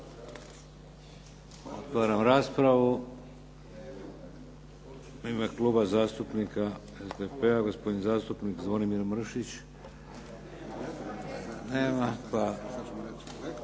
Otvaram raspravu. U ime Kluba zastupnika SDP-a gospodin zastupnik Zvonimir Mršić. Nema ga.